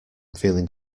feeling